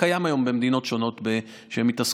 קיים היום במדינות שונות שמתעסקות